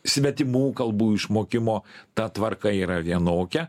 svetimų kalbų išmokimo ta tvarka yra vienokia